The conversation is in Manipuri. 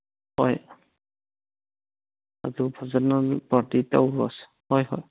ꯍꯣꯏ ꯑꯗꯨ ꯐꯖꯅ ꯄꯥꯔꯇꯤ ꯇꯧꯔꯨꯔꯁꯤ ꯍꯣꯏ ꯍꯣꯏ